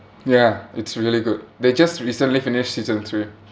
ya it's really good they just recently finished season three